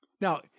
Now